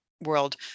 world